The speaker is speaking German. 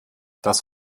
das